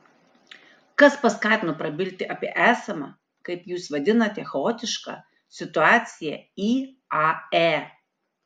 kas paskatino prabilti apie esamą kaip jūs vadinate chaotišką situaciją iae